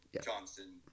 Johnson